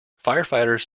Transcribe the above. firefighters